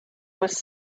was